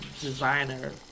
designer